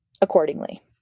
accordingly